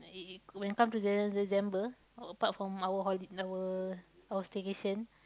it it when it come to Dece~ December apart from our holi~ our our staycation